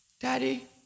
Daddy